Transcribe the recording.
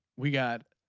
we got